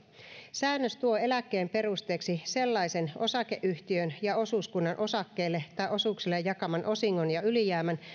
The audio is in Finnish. säännös tuo eläkkeen perusteeksi sellaisen osakeyhtiön ja osuuskunnan osakkeille tai osuuksille jakaman osingon ja ylijäämän